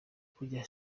kuja